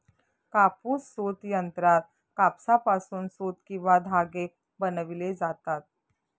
कापूस सूत यंत्रात कापसापासून सूत किंवा धागे बनविले जातात